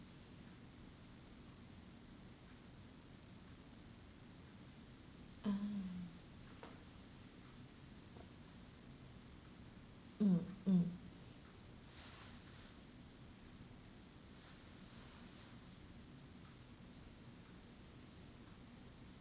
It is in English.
oh mm mm